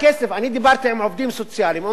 אני דיברתי עם עובדים סוציאליים, אומרים לי: